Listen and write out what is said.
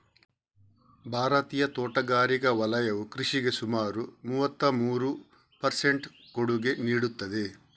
ಭಾರತೀಯ ತೋಟಗಾರಿಕಾ ವಲಯವು ಕೃಷಿಗೆ ಸುಮಾರು ಮೂವತ್ತಮೂರು ಪರ್ ಸೆಂಟ್ ಕೊಡುಗೆ ನೀಡುತ್ತದೆ